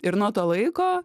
ir nuo to laiko